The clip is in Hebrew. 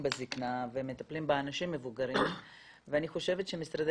בזקנה ומטפלים באנשים מבוגרים ואני חושבת שמשרדי